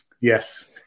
Yes